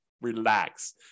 relax